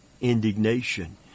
indignation